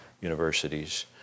universities